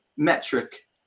metric